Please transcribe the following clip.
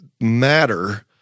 matter